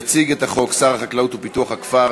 יציג את החוק שר החקלאות ופיתוח הכפר